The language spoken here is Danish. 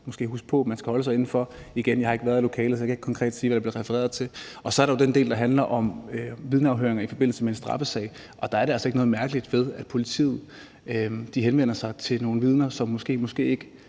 skal huske på at man skal holde sig inden for – igen vil jeg sige, at jeg ikke har været i lokalet, så jeg kan ikke konkret sige, hvad der bliver refereret til – og så er der den del, der handler om vidneafhøringer i forbindelse med en straffesag. Og der er der altså ikke noget mærkeligt ved, at politiet henvender sig til nogle vidner, som måske, måske